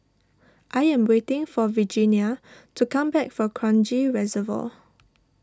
I am waiting for Regenia to come back from Kranji Reservoir